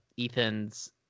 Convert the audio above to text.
Ethan's